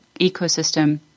ecosystem